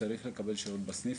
צריך לקבל שירות בסניף.